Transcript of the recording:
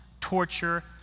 torture